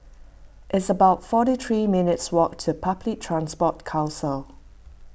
it's about forty three minutes' walk to Public Transport Council